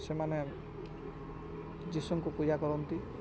ସେମାନେ ଯୀଶୁଙ୍କୁ ପୂଜା କରନ୍ତି